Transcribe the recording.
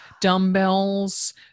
dumbbells